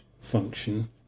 function